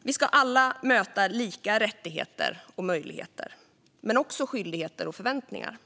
Vi ska alla möta lika rättigheter och möjligheter men också lika skyldigheter och förväntningar.